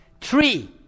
Three